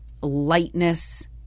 lightness